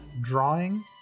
drawing